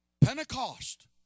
Pentecost